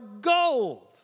gold